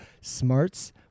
Smarts